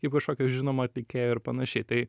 į kažkokio žinomo atlikėjo ir panašiai tai